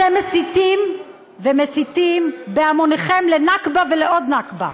אתם מסיתים ומסיתים בהמוניכם לנכבה ולעוד נכבה,